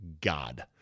God